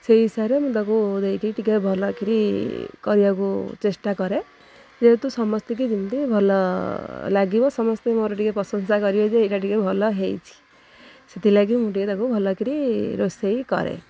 ସେହି ହିସାବରେ ମୁଁ ତାକୁ ଦେଇକି ଟିକିଏ ଭଲକରି କରିବାକୁ ଚେଷ୍ଟା କରେ ଯେହେତୁ ସମସ୍ତଙ୍କୁ ଯେମିତି ଭଲ ଲାଗିବ ସମସ୍ତେ ମୋର ଟିକିଏ ପ୍ରଶଂସା କରିବେ ଯେ ଏଇଟା ଟିକିଏ ଭଲ ହୋଇଛି ସେଥିଲାଗି ମୁଁ ଟିକିଏ ତାକୁ ଭଲ କରି ରୋଷେଇ କରେ